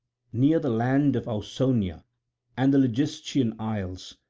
near the land of ausonia and the ligystian isles,